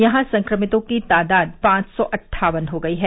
यहां संक्रमितों की तादाद पांच सौ अद्ठावन हो गयी है